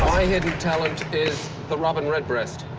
hidden talent is the rob enred breast.